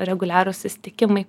reguliarūs susitikimai